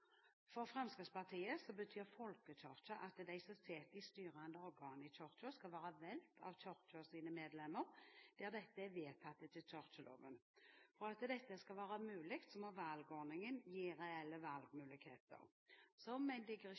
For Fremskrittspartiet betyr folkekirke at de som sitter i styrende organer i Kirken, skal være valgt av Kirkens medlemmer, der dette er vedtatt etter kirkeloven. For at dette skal være mulig, må valgordningen gi reelle valgmuligheter. Som en digresjon